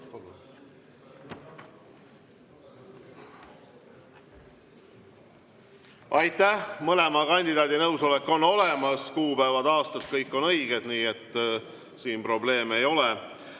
Aitäh! Mõlema kandidaadi nõusolek on olemas, kuupäev ja aasta on kõik õiged, nii et siin probleeme ei ole.